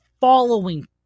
following